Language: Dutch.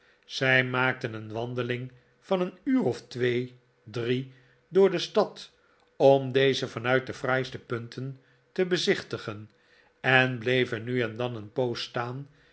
zij maakten een wandeling van een uur of twee drie door de stad om deze vanuit de fraaiste punten te bezichtigen en bleven nu en dan een poos staan